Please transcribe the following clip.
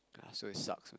so it sucks lah